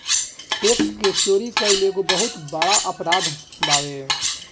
tax के चोरी कईल एगो बहुत बड़का अपराध बावे